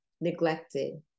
neglected